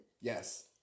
Yes